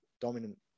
dominant